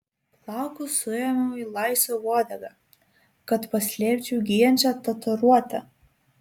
plaukus suėmiau į laisvą uodegą kad paslėpčiau gyjančią tatuiruotę